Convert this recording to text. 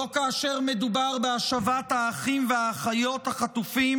לא כאשר מדובר בהשבת האחים והאחיות החטופים